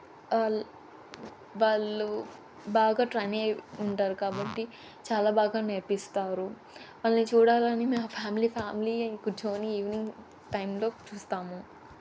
వాళ్ళు బాగా ట్రైనీ అయి ఉంటారు కాబట్టి చాలా బాగా నేర్పిస్తారు వాళ్ళని చూడాలని మా ఫ్యామిలీ ఫ్యామిలియే కుర్చోని ఈవెనింగ్ టైంలో చూస్తాము